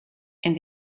and